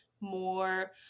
more